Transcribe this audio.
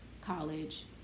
college